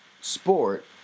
sport